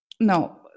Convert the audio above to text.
no